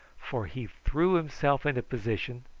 for he threw himself into position,